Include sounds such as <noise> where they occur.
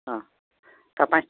ᱦᱮᱸ <unintelligible>